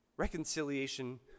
Reconciliation